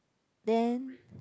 then